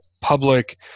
public